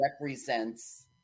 represents